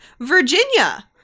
Virginia